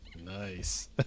Nice